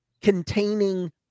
containing